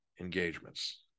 engagements